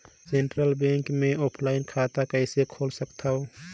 Central bank मे offline खाता कइसे खोल सकथव?